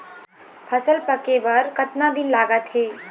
फसल पक्के बर कतना दिन लागत हे?